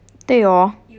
对 orh